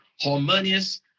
harmonious